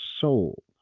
soul